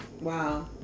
Wow